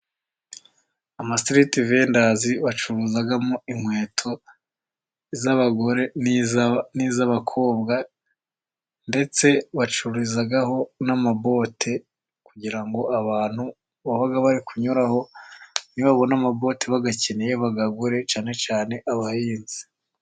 Ama sitiriti vendazi bacuruzamo inkweto z'abagore, niz'abakobwa, ndetse bacururizaho n'amabote, kugira ngo abantu baba bari kunyuraho nibabona amaboti bayakeneye, bayagure cyane cyane abahinzi.